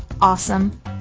awesome